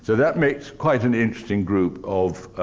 so that makes quite an interesting group of